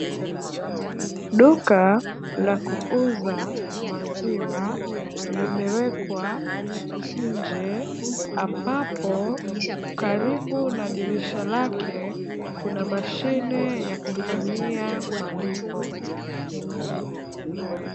Duka la kuuza maziwa, limewekwa nje, ambapo karibu na dirisha lake, kuna mashine ya kufanyia malipo.